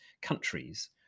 countries